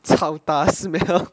chaoda smell